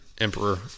Emperor